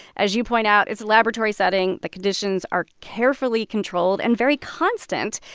as you point out, it's a laboratory setting the conditions are carefully controlled and very constant.